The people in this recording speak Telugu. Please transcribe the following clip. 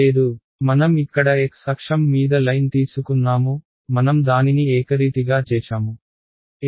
లేదు మనం ఇక్కడ x అక్షం మీద లైన్ తీసుకున్నాము మనం దానిని ఏకరీతిగా చేశాము x1x2x3